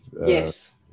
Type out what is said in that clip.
Yes